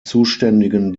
zuständigen